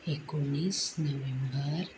एकोणीस नोव्हेंबर